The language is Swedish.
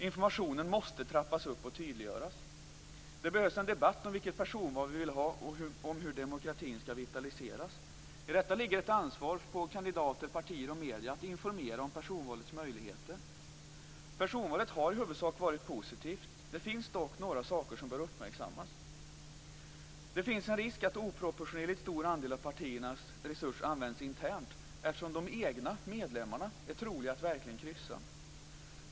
Informationen måste trappas upp och tydliggöras. Det behövs en debatt om vilket personval som vi vill ha och om hur demokratin skall vitaliseras. I detta ligger ett ansvar på kandidater, partier och medier att informera om personvalets möjligheter. Personvalet har i huvudsak varit positivt. Det finns dock några saker som bör uppmärksammas. Det finns en risk att en oproportionerligt stor andel av partiernas resurser används internt, eftersom det är troligt att de egna medlemmarna verkligen kryssar.